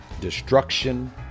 destruction